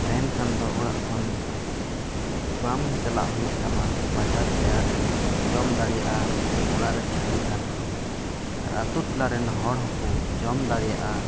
ᱛᱟᱦᱮᱱ ᱠᱷᱟᱱ ᱫᱚ ᱚᱲᱟᱜ ᱠᱷᱚᱱ ᱵᱟᱢ ᱪᱟᱞᱟᱜ ᱦᱩᱭᱩᱜ ᱛᱟᱢᱟ ᱵᱟᱡᱟᱨ ᱛᱮ ᱟᱨᱮᱢ ᱡᱚᱢ ᱫᱟᱲᱮᱭᱟᱜᱼᱟ ᱚᱲᱟᱜ ᱨᱮ ᱛᱟᱦᱮᱱ ᱠᱷᱟᱱ ᱫᱚ ᱟᱨ ᱟᱹᱛᱩ ᱴᱚᱞᱟ ᱨᱮᱱ ᱦᱚᱲ ᱦᱚᱸᱠᱚ ᱡᱚᱢ ᱫᱟᱲᱮᱭᱟᱜᱼᱟ